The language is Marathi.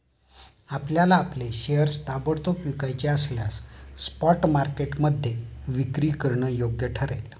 आपल्याला आपले शेअर्स ताबडतोब विकायचे असल्यास स्पॉट मार्केटमध्ये विक्री करणं योग्य ठरेल